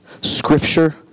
scripture